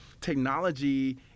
technology